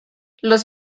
los